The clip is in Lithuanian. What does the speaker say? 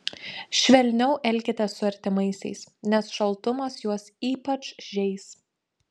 švelniau elkitės su artimaisiais nes šaltumas juos ypač žeis